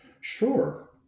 Sure